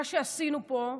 מה שעשינו פה,